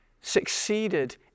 succeeded